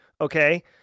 okay